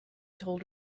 told